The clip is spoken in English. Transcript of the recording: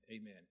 amen